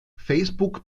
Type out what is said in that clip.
facebook